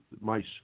mice